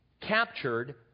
captured